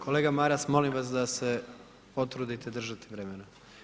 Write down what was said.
Kolega Maras molim vas da se potrudite držati vremena.